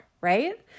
right